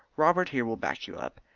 robert here will back you up.